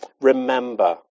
remember